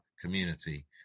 community